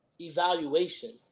evaluation